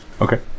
Okay